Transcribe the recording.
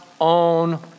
own